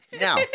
Now